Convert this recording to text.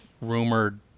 rumored